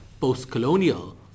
post-colonial